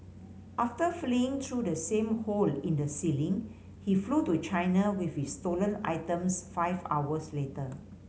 after fleeing through the same hole in the ceiling he flew to China with his stolen items five hours later